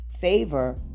Favor